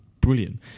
brilliant